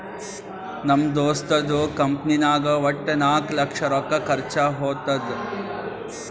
ನಮ್ ದೋಸ್ತದು ಕಂಪನಿನಾಗ್ ವಟ್ಟ ನಾಕ್ ಲಕ್ಷ ರೊಕ್ಕಾ ಖರ್ಚಾ ಹೊತ್ತುದ್